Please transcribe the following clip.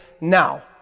now